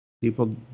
people